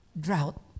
Drought